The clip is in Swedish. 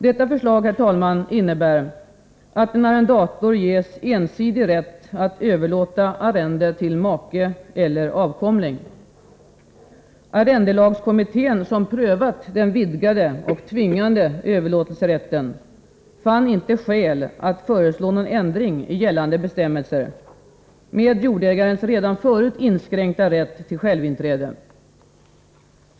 Detta förslag innebär, herr talman, att en arrendator ges ensidig rätt att överlåta arrende till make eller avkomling. Arrendelagskommittén, som prövat den vidgade och tvingande överlåtelserätten, fann inte skäl att föreslå någon ändring i gällande bestämmelser, med jordägarens redan förut inskränkta rätt till självinträde.